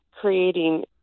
creating